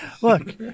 Look